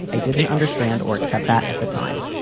i didn't understand or accept that at the time.